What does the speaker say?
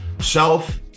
Self